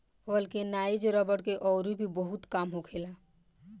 vulcanise रबड़ के अउरी भी बहुते काम होखेला